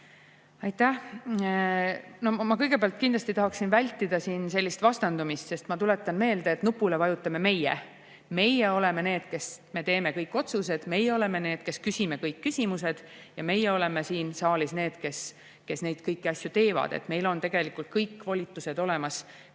Ma kõigepealt kindlasti tahaksin vältida siin mingit vastandumist, sest ma tuletan meelde, et nupule vajutame meie. Meie oleme need, kes teeme kõik otsused, ja meie oleme need, kes küsime kõik küsimused. Meie oleme siin saalis need, kes kõiki neid asju teevad. Meil on tegelikult kõik volitused olemas,